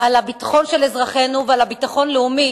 על הביטחון של אזרחינו ועל הביטחון הלאומי